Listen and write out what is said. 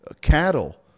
Cattle